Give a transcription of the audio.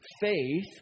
faith